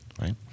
right